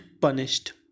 punished